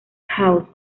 house